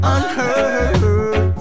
Unheard